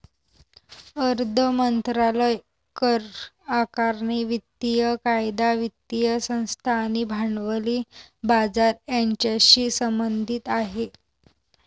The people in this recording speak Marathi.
अर्थ मंत्रालय करआकारणी, वित्तीय कायदा, वित्तीय संस्था आणि भांडवली बाजार यांच्याशी संबंधित आहे